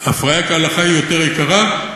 הפריה כהלכה היא יותר יקרה?